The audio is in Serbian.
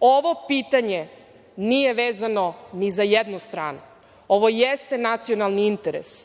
Ovo pitanje nije vezano ni za jednu stranu. Ovo jeste nacionalni interes.